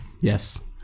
Yes